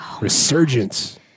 Resurgence